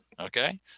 Okay